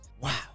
Wow